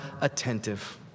attentive